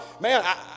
Man